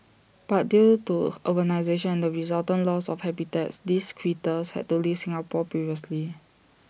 but due to urbanisation and the resultant loss of habitats these critters had to leave Singapore previously